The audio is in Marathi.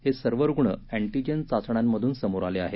हे सर्व रुग्ण अँटिजेन चाचण्यांमधून समोर आले आहेत